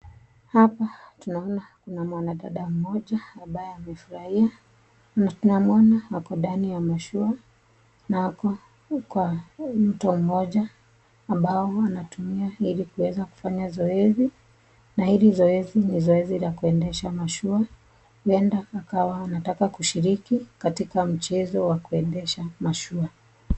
hapa tunaona kuna mwanadada moja ambaye amefurahiya na tunamuona ako ndani ya mashua na hapa kwa mto moja ambayo wanatumia ilikuweza kufanya zoezi, na hili zoezi ni zoezi la kuendesha mashua uenda akawa anataka kushiriki katika mchezo wa kuendesha mashua